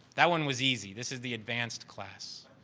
that one was easy. this is the advanced class.